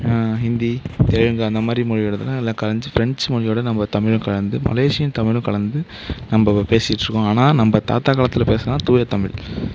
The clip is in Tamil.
ஹிந்தி தெலுங்கு அந்தமாதிரி மொழியோடதெல்லாம் எல்லாம் கலைஞ்சு பிரெஞ்சு மொழியோட நம்ம தமிழும் கலந்து மலேசியன் தமிழும் கலந்து நம்ம பேசிகிட்டு இருக்கோம் ஆனால் நம்ம தாத்தா காலத்தில் பேசின தூய தமிழ்